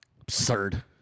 Absurd